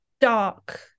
dark